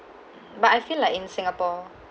but I feel like in singapore